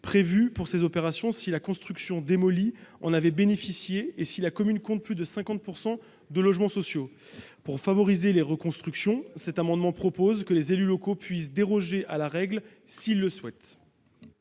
prévu pour ces opérations si la construction démolie en avait bénéficié et si la commune compte plus de 50 % de logements sociaux. Pour favoriser les reconstructions, nous proposons que les élus locaux puissent déroger à la règle, s'ils le souhaitent.